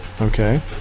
Okay